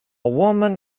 woman